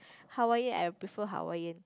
Hawaiian I prefer Hawaiian